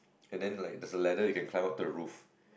and then like there's a ladder you can climb up the roof